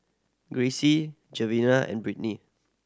Gracie Geneva and Brittnie